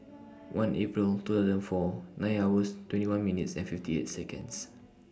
one April two thousand and four nine hours twenty one minutes and fifty eight Seconds